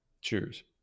Cheers